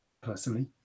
personally